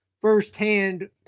firsthand